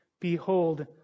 behold